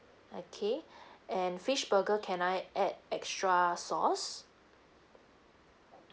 okay and fish burger can I add extra sauce